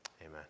Amen